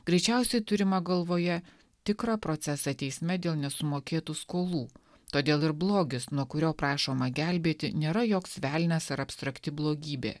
greičiausiai turima galvoje tikrą procesą teisme dėl nesumokėtų skolų todėl ir blogis nuo kurio prašoma gelbėti nėra joks velnias ar abstrakti blogybė